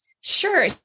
Sure